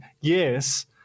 Yes